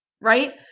right